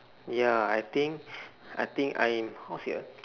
ya I think I think I how to say ah